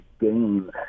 game